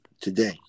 today